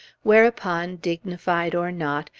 whereupon, dignified or not,